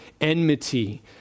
enmity